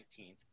19th